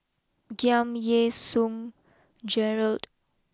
Giam Yean Song Gerald